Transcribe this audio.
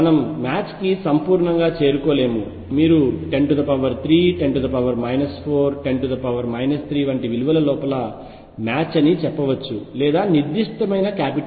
మనము మ్యాచ్ కి సంపూర్ణంగా చేరుకోలేము మీరు 103 10 4 10 3 వంటి విలువల లోపల మ్యాచ్ అని చెప్పవచ్చు లేదా నిర్దిష్ట E